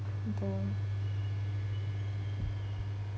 I'm done